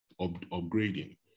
upgrading